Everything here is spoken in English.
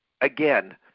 again